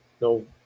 no